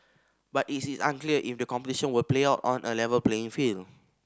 but it is unclear if the competition will play out on a level playing field